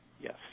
yes